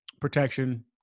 protection